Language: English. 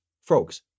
frogs